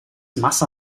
massa